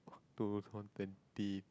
two twenty